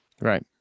Right